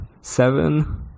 Seven